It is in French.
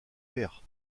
père